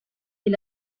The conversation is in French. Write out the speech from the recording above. est